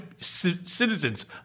citizens